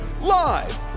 live